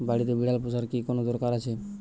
বাড়িতে বিড়াল পোষার কি কোন দরকার আছে?